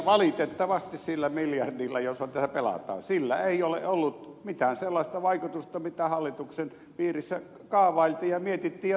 valitettavasti sillä miljardilla jolla tässä pelataan ei ole ollut mitään sellaista vaikutusta mitä hallituksen piirissä kaavailtiin ja mietittiin ja toivottiin